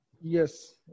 Yes